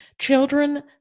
Children